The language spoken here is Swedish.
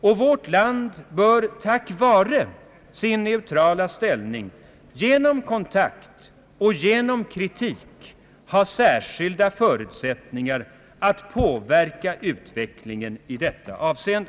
Och vårt land bör tack vare sin neutrala ställning, genom kontakt och genom kritik, ha särskilda förutsättningar att påverka utvecklingen i detta avseende.